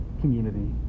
community